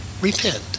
repent